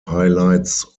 highlights